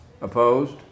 Opposed